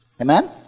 Amen